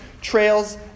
trails